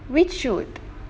which shoot